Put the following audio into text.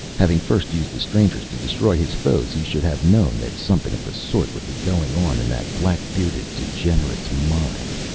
having first used the strangers to destroy his foes! he should have known that something of the sort would be going on in that black-bearded degenerate's mind.